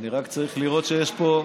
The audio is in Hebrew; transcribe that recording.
אני רק צריך לראות שיש פה,